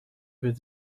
will